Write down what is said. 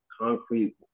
concrete